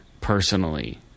Personally